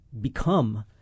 become